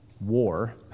war